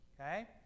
Okay